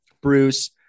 Bruce